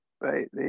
right